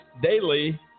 daily